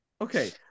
Okay